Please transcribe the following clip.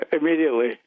immediately